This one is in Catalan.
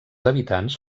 habitants